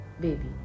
baby